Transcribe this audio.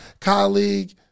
colleague